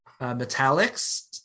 Metallics